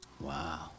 Wow